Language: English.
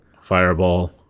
fireball